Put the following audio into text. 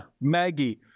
Maggie